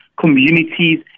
communities